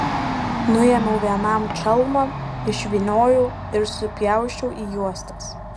nuėmiau vienam čalmą išvyniojau ir supjausčiau į juostas